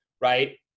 right